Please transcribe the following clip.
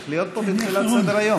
צריך להיות פה בתחילת סדר-היום.